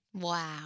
Wow